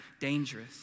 dangerous